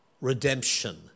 Redemption